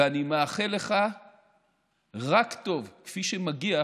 ואני מאחל לך רק טוב, כפי שמגיע